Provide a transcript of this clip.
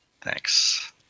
Thanks